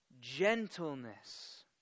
gentleness